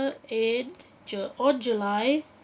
eighth jul~ on july